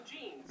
jeans